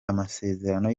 amasezerano